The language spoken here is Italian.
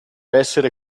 essere